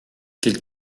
quelle